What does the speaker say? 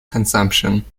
consumption